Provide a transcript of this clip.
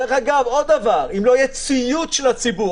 דרך אגב, גם אם לא יהיה ציות של הציבור.